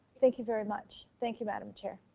thank you very much. thank you madam chair.